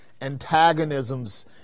antagonisms